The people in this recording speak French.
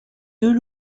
deux